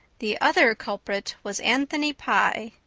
the other culprit was anthony pye,